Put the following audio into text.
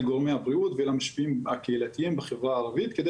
גורמי הבריאות ואל המשפיעים הקהילתיים בחברה הערבית כדי